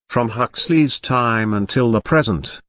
from huxley's time until the present,